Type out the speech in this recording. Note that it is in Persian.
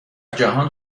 جهان